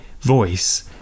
voice